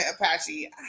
Apache